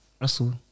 Russell